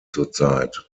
zurzeit